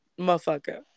motherfucker